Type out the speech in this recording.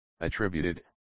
attributed